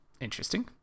Interesting